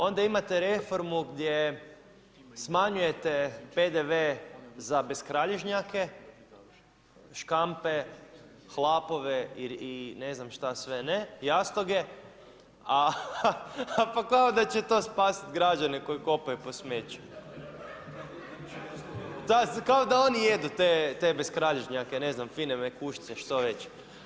Onda imate reformu, gdje smanjujete PDV za beskralježnjake, škampe, hlapove i ne znam šta sve ne, jastoge, a kao da će to spasiti građane koji kopaju po smeću, kao da oni jedu te beskralježnjake, ne znam, fine mekušce, što već.